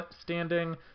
standing